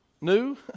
New